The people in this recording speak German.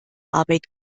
arbeit